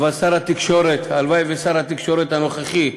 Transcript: אבל שר התקשורת, הלוואי ששר התקשורת הנוכחי,